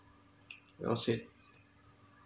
well said